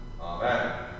Amen